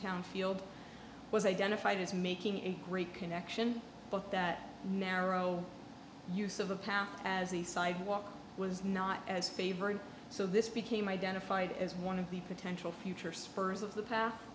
town field was identified as making a great connection but that narrow use of a path as a sidewalk was not as favorite so this became identified as one of the potential future spurs of the pa